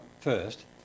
first